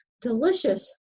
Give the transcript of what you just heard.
delicious